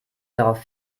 darauf